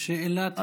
שאלת המשך?